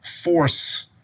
force